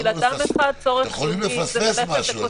שכנראה יכולים לפספס משהו,